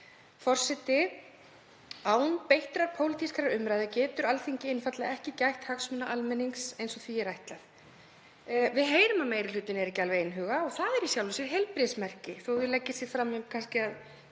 einfaldlega ekki gætt hagsmuna almennings eins og því er ætlað. Við heyrum að meiri hlutinn er ekki alveg einhuga og það er í sjálfu sér heilbrigðismerki þó að þau leggi sig fram um að